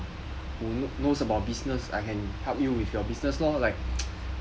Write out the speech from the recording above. who knows about business I can help you with your business lor like